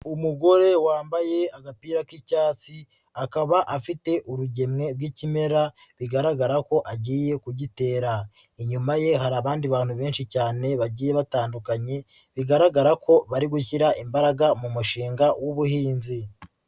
Umugore wambaye agapira k'icyatsi, akaba afite urugemwe rw'ikimera bigaragara ko agiye kugitera. Inyuma ye hari abandi bantu benshi cyane bagiye batandukanye, bigaragara ko bari gushyira imbaraga mu mushinga w'ubuhinzi.